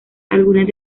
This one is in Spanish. algunas